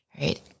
Right